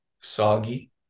soggy